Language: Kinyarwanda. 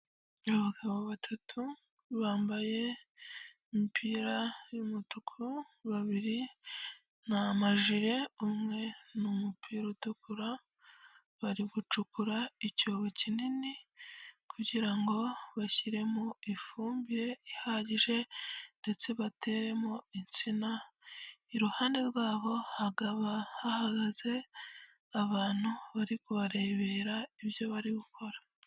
Abagabo batatu bambaye imipira y'umutuku babiri ni amajire umwe ni umupira utukura, bari gucukura icyobo kinini kugira ngo bashyiremo ifumbire ihagije ndetse bateremo insina, iruhande rwabo hakaba hahagaze abantu bari kubarebera ibyo bari gukora.